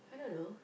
I don't know